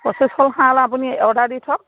পঁচিছখন শাল আপুনি অৰ্ডাৰ দি থওক